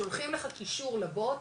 שולחים לך כישור לבוט,